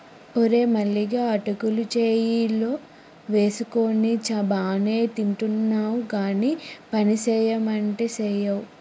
ఓరే మల్లిగా అటుకులు చాయ్ లో వేసుకొని బానే తింటున్నావ్ గానీ పనిసెయ్యమంటే సెయ్యవ్